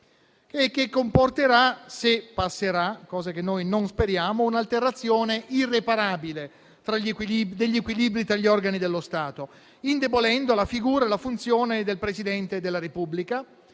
che noi non speriamo - un'alterazione irreparabile degli equilibri tra gli organi dello Stato, indebolendo la figura e la funzione del Presidente della Repubblica